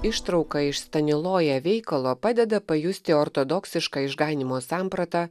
ištrauka iš staniloja veikalo padeda pajusti ortodoksišką išganymo sampratą